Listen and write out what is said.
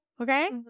okay